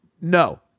No